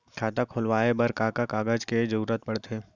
खाता खोलवाये बर का का कागज के जरूरत पड़थे?